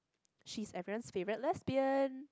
she's everyone favourite lesbian